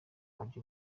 buryo